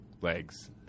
legs